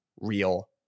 real